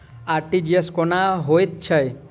RTGS कोना होइत छै?